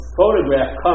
photograph